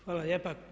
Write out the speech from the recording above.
Hvala lijepa.